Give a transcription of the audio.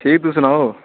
ठीक तुस सनाओ